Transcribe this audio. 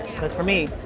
because, for me,